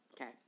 okay